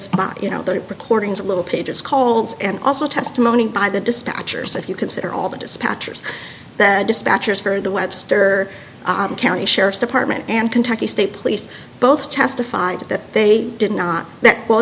evidence recordings of little page's calls and also testimony by the dispatchers if you consider all the dispatchers that dispatchers for the webster county sheriff's department and kentucky state police both testified that they did not